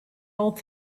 all